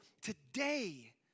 today